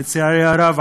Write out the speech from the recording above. לצערי הרב,